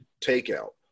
takeout